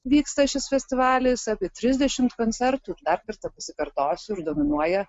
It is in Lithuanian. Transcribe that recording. vyksta šis festivalis apie trisdešimt koncertų dar kartą pasikartosiu ir dominuoja